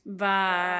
Bye